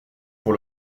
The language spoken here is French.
pour